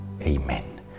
Amen